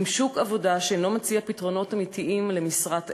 עם שוק עבודה שאינו מציע פתרונות אמיתיים למשרת אם,